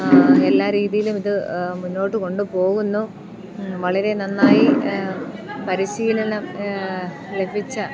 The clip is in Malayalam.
എല്ലാ രീതിയിലും ഇത് മുന്നോട്ടു കൊണ്ടു പോകുന്നു വളരെ നന്നായി പരിശീലനം ലഭിച്ച